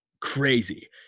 crazy